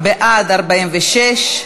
בעד, 46,